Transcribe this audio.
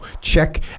Check